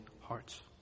hearts